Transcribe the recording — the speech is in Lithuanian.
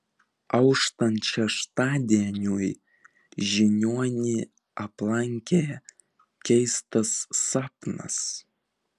auštant šeštadieniui žiniuonį aplankė keistas sapnas